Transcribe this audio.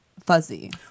Fuzzy